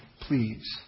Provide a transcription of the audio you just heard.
please